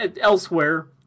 Elsewhere